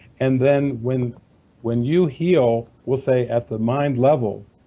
and then when when you heal, we'll say at the mind level,